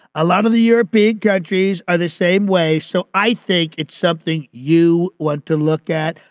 a lot of the european countries are the same way. so i think it's something you want to look at.